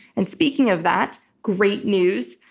and speaking of that, great news.